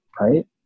right